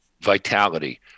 vitality